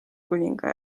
kuninga